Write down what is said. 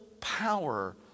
power